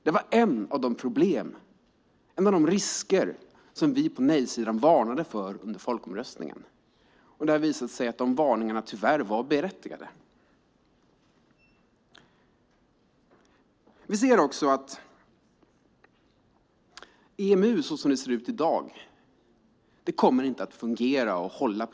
Det var ett av de problem, en av de risker, som vi på nej-sidan varnade för i samband med folkomröstningen. Det har visat sig att varningarna tyvärr var berättigade. Vi ser också att EMU, såsom det ser ut i dag, inte kommer att fungera och hålla.